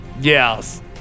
Yes